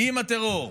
עם הטרור,